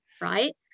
right